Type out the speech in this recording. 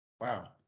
Wow